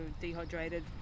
dehydrated